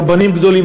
לא רק רבנים גדולים,